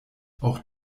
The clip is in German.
auch